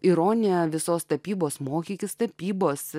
ironija visos tapybos mokykis tapybos